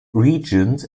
regions